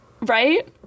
Right